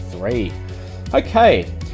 Okay